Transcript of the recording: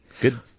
Good